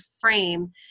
frame